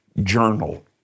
journal